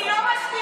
אני לא מסתירה.